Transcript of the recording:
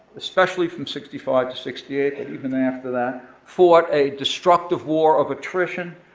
especially from sixty five to sixty eight and even after that, fought a destructive war of attrition